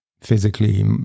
physically